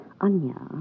Anya